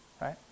right